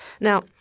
Now